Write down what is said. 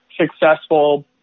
successful